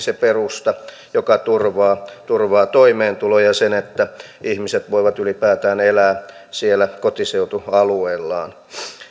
se perusta joka turvaa turvaa toimeentulon ja ja sen että ihmiset voivat ylipäätään elää siellä kotiseutualueellaan